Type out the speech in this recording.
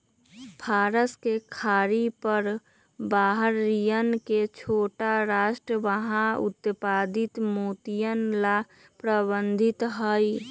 फारस के खाड़ी पर बहरीन के छोटा राष्ट्र वहां उत्पादित मोतियन ला प्रसिद्ध हई